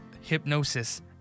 hypnosis